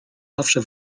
zawsze